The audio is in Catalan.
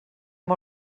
amb